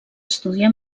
estudiar